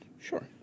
Sure